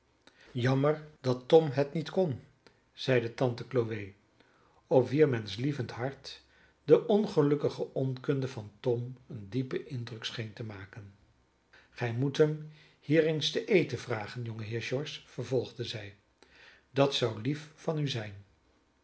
jammer dat tom het niet kon zeide tante chloe op wier menschlievend hart de ongelukkige onkunde van tom een diepen indruk scheen te maken gij moet hem hier eens ten eten vragen jongeheer george vervolgde zij dat zou lief van u zijn